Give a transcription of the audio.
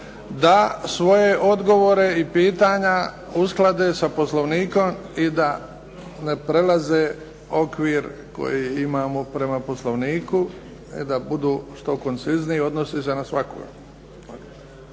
da svoje odgovore i pitanja usklade sa Poslovnikom i da ne prelaze okvir koji imamo prema Poslovniku i da budu što koncizniji, odnosi se na svakoga.